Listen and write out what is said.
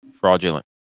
fraudulent